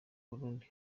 burundi